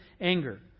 anger